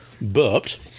Burped